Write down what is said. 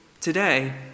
today